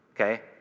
Okay